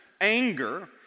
anger